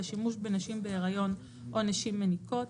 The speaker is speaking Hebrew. לשימוש בנשים בהיריון או נשים מניקות,